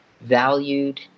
valued